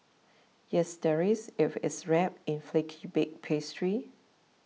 yes there is if it's wrapped in flaky baked pastry